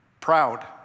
proud